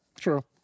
True